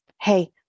hey